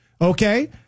okay